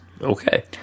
Okay